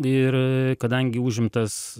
ir kadangi užimtas